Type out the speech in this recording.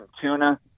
tuna